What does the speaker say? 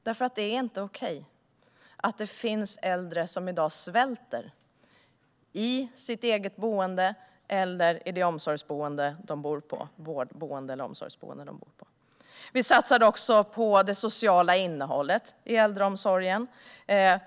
Det är inte okej att det i dag finns äldre som svälter, i sitt eget hem eller i sitt vård eller omsorgsboende. Vi satsar också på det sociala innehållet i äldreomsorgen.